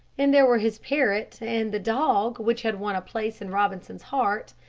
and there were his parrot and the dog which had won a place in robinson's heart.